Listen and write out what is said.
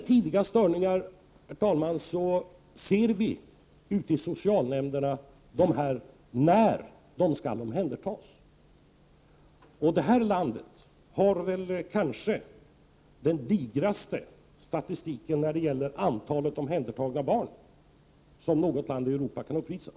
Ute i socialnämnderna ser vi de tidiga störningarna när barnen skall omhändertas. Detta land har kanske den digraste statistiken när det gäller antalet omhändertagna barn som något land i Europa kan uppvisa.